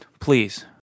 please